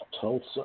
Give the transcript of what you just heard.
Tulsa